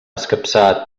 escapçar